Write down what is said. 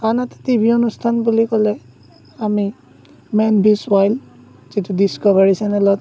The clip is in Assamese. আনহাতে টিভি অনুষ্ঠান বুলি ক'লে আমি মেন ভিচ অইল্ড যিটো ডিস্ক'ভাৰী চেনেলত